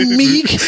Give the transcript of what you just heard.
meek